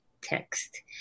text